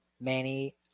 Manny